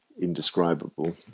indescribable